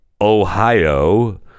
Ohio